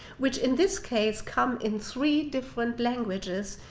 which in this case come in three different languages,